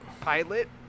pilot